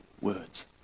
words